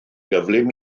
gyflym